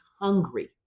hungry